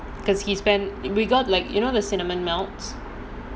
because he spent we got like you know the cinnamon melts